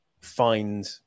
find